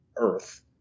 earth